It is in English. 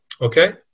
okay